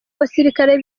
abasirikare